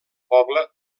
poble